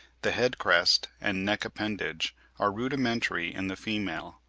the head-crest and neck-appendage are rudimentary in the female.